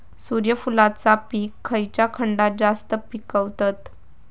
सूर्यफूलाचा पीक खयच्या खंडात जास्त पिकवतत?